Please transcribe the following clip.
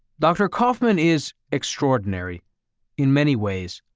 dr. koffman is extraordinary in many ways.